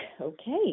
okay